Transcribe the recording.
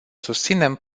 susținem